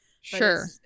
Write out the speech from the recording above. Sure